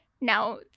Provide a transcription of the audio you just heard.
Now